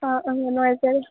ꯑꯥ ꯑꯥ ꯅꯨꯡꯉꯥꯏꯖꯔꯦ